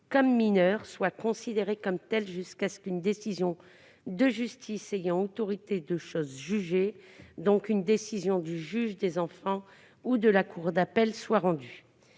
comme mineure soit considérée comme telle jusqu'à ce qu'une décision de justice ayant autorité de la chose jugée, donc une décision du juge des enfants ou de la cour d'appel, soit rendue.